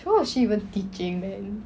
what was she even teaching man